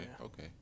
okay